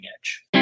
Edge